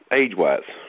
age-wise